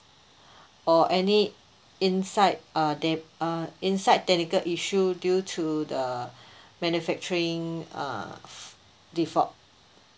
or any uh inside a day uh inside delicate issue due to the manufacturing uh f~ default